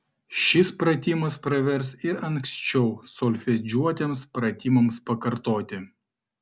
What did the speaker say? šis pratimas pravers ir anksčiau solfedžiuotiems pratimams pakartoti